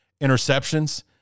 interceptions